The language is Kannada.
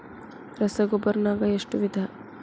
ರಸಗೊಬ್ಬರ ನಾಗ್ ಎಷ್ಟು ವಿಧ?